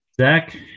Zach